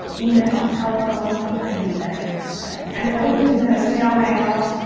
email, telephone and sometimes even envelope in the snail mail.